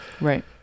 right